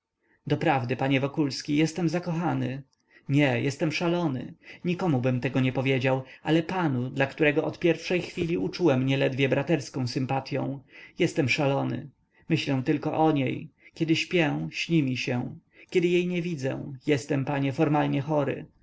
doprawdy panie wokulski jestem zakochany nie jestem szalony nikomubym tego nie powiedział ale panu dla którego od pierwszej chwili uczułem nieledwie braterską sympatyą jestem szalony myślę tylko o niej kiedy śpię śni mi się kiedy jej nie widzę jestem panie formalnie chory